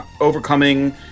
overcoming